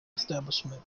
establishment